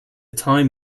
time